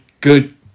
Good